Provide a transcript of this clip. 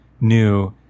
new